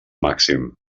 màxim